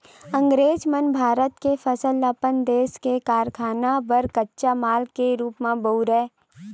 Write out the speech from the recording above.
अंगरेज मन भारत के फसल ल अपन देस के कारखाना बर कच्चा माल के रूप म बउरय